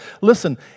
Listen